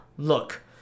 Look